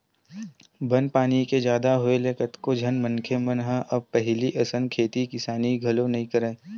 बन पानी के जादा होय ले कतको झन मनखे मन ह अब पहिली असन खेती किसानी घलो नइ करय